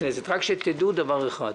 דעו דבר אחד: